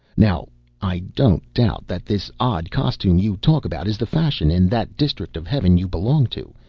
now i don't doubt that this odd costume you talk about is the fashion in that district of heaven you belong to,